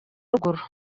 ruguru